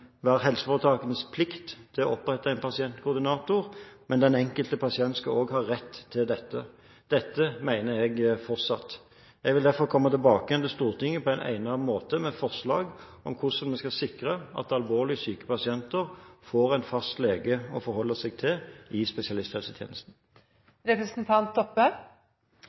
helseforetakenes plikt å opprette en pasientkoordinator, men den enkelte pasient skulle også ha rett til dette. Dette mener jeg fortsatt. Jeg vil derfor komme tilbake til Stortinget på egnet måte med forslag om hvordan vi kan sikre at alvorlig syke pasienter får en fast lege å forholde seg til i